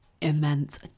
immense